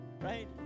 right